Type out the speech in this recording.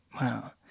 wow